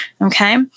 Okay